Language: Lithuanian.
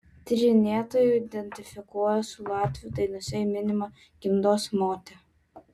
tyrinėtojai identifikuoja su latvių dainose minima gimdos mote